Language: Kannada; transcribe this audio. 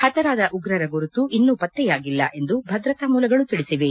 ಹತರಾದ ಉಗ್ರರ ಗುರುತು ಇನ್ನು ಪತ್ತೆಯಾಗಿಲ್ಲ ಎಂದು ಭದ್ರತಾ ಮೂಲಗಳು ತಿಳಿಸಿವೆ